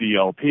DLP